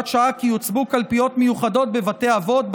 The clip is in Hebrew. שעה כי יוצבו קלפיות מיוחדות בבתי אבות,